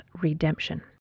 redemption